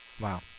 Wow